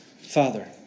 Father